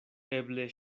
eble